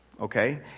Okay